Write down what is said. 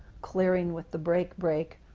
clearing with the break-brick,